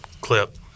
clip